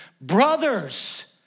brothers